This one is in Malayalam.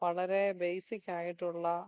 വളരെ ബേസിക്കായിട്ടുള്ള